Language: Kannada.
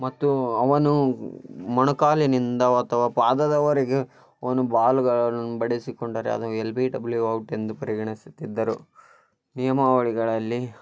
ಮತ್ತು ಅವನು ಮೊಣಕಾಲಿನಿಂದ ಅಥವಾ ಪಾದದವರೆಗೆ ಅವನು ಬಾಲುಗಳನ್ನು ಬಡಿಸಿಕೊಂಡರೆ ಅದು ಎಲ್ ಬಿ ಡಬ್ಲ್ಯೂ ಔಟೆಂದು ಪರಿಗಣಿಸುತ್ತಿದ್ದರು ನಿಯಮಾವಳಿಗಳಲ್ಲಿ